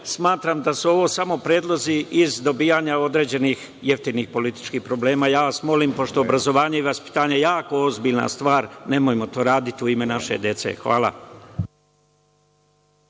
smatram da su ovo samo predlozi iz dobijanja određenih jeftinih političkih poena. Ja vas molim, pošto je obrazovanje i vaspitanje jako ozbiljna stvar, nemojmo to raditi u ime naše dece. Hvala.